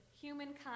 humankind